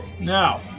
Now